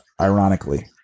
ironically